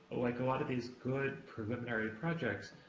like a lot of these good, preliminary projects,